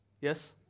Yes